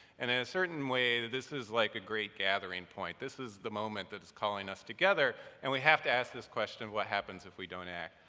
and in a certain way this is like a great gathering point. this is the moment that is calling us together, and we have to ask this question of, what happens if we don't act?